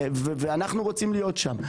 אנחנו רוצים להיות שם.